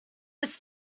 was